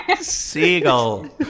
seagull